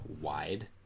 wide